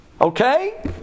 Okay